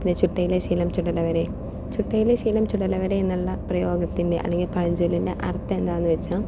ചുട്ടയിലെ ശീലം ചുടല വരെ ചുട്ടയിലെ ശീലം ചുടല വരെ എന്ന് ഉള്ള പ്രയോഗത്തിന്റെ അല്ലെങ്കിൽ പഴഞ്ചൊല്ലിന്റെ അർത്ഥം എന്താന്ന് വെച്ചാൽ